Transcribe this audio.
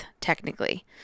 technically